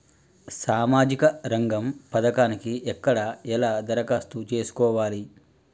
సామాజిక రంగం పథకానికి ఎక్కడ ఎలా దరఖాస్తు చేసుకోవాలి?